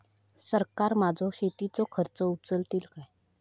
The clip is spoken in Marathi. सरकार माझो शेतीचो खर्च उचलीत काय?